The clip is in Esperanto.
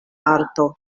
arto